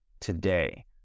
today